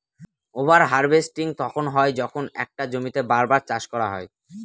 over harvesting তখন হয় যখন একটা জমিতেই বার বার চাষ করা হয়